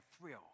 thrill